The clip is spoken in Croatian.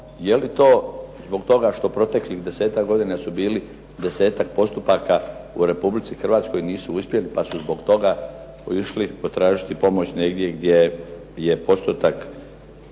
Je li to zbog toga što proteklih desetak godina su bili desetak postupaka u Republici Hrvatskoj nisu uspjeli, pa su zbog toga otišli tražiti pomoć negdje gdje je postotak